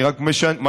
תוצאות בשטח.